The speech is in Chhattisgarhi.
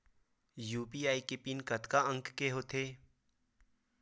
यू.पी.आई के पिन कतका अंक के होथे?